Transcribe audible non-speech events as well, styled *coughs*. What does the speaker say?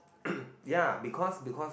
*coughs* ya because because